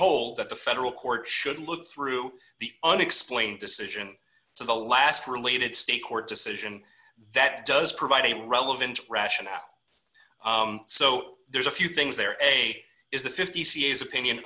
hold that the federal court should look through the unexplained decision to the last related state court decision that does provide a more relevant rationale so there's a few things there anyway is that fifty c is opinion